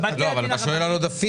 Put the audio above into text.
לא, אבל אתה שואל על עודפים.